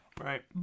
Right